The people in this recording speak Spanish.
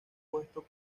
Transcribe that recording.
puesto